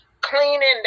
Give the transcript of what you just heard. cleaning